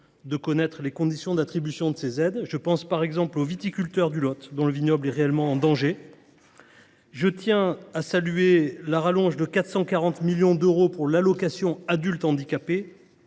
de connaître les conditions d’attribution de ces aides. Je pense, par exemple, aux viticulteurs du Lot, où le vignoble est réellement en danger. Je tiens également à saluer la rallonge de 440 millions d’euros pour l’allocation aux adultes handicapés.